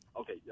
Okay